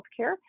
healthcare